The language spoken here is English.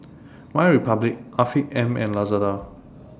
MyRepublic Afiq M and Lazada